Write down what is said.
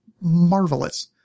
marvelous